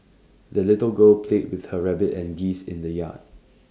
the little girl played with her rabbit and geese in the yard